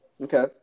Okay